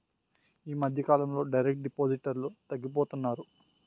ఈ మధ్యకాలంలో డైరెక్ట్ డిపాజిటర్లు తగ్గిపోతున్నారు